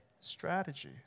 strategy